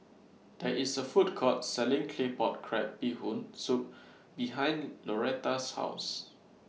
There IS A Food Court Selling Claypot Crab Bee Hoon Soup behind Lauretta's House